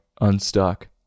unstuck